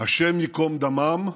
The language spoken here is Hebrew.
השם ייקום דמם,